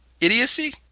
idiocy